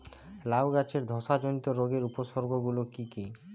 লাউ গাছের ধসা জনিত রোগের উপসর্গ গুলো কি কি?